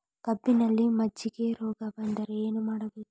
ಕಬ್ಬಿನಲ್ಲಿ ಮಜ್ಜಿಗೆ ರೋಗ ಬಂದರೆ ಏನು ಮಾಡಬೇಕು?